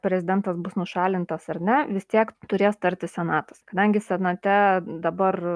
prezidentas bus nušalintas ar ne vis tiek turės tarti senatas kadangi senate dabar